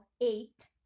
eight